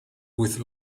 with